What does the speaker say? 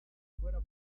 fuera